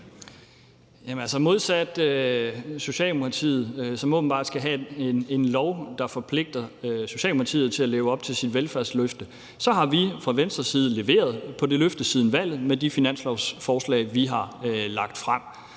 Modsat Socialdemokratiet, som åbenbart skal have en lov, der forpligter Socialdemokratiet til at leve op til sit velfærdsløfte, så har vi fra Venstres side leveret på det løfte siden valget med de finanslovsforslag, vi har lagt frem.